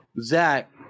Zach